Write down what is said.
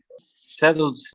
settled